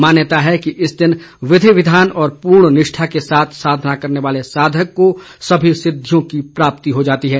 मान्यता है कि इस दिन विधि विधान और पूर्ण निष्ठा के साथ साधना करने वाले साधक को सभी सिद्वियों की प्राप्ति हो जाती है